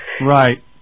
Right